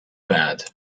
bad